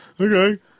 Okay